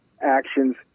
actions